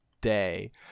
day